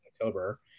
October